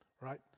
right